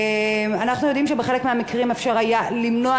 אנחנו יודעים שבחלק מהמקרים היה אפשר למנוע,